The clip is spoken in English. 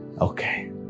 Okay